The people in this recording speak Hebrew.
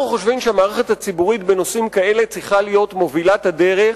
אנחנו חושבים שבנושאים כאלה המערכת הציבורית צריכה להיות מובילת הדרך,